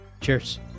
Cheers